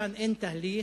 כאן אין תהליך